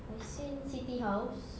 I've seen siti house